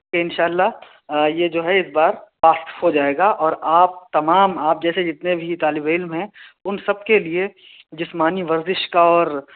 کہ انشاء اللہ یہ جو ہے اس بار پاس ہو جائے گا اور آپ تمام آپ جیسے جتنے بھی طالب علم ہیں ان سب کے لیے جسمانی ورزش کا اور